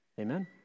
Amen